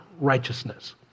righteousness